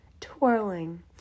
twirling